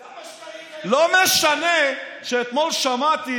כמה שקרים אתה יכול, לא משנה שאתמול שמעתי